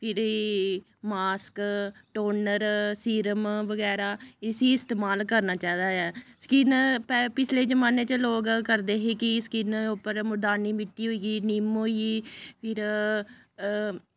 फिरी mask toner serum बगैरा इस्सी इस्तेमाल करना चाहिदा ऐ स्किन पिछले जमान्ने च लोक करदे हे कि स्किन उप्पर मुलतानी मिट्टी होई गेई निम्म होई गेई फिर